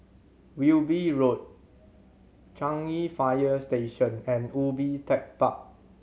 Wilby Road Changi Fire Station and Ubi Tech Park